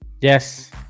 yes